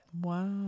Wow